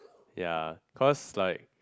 ya cause like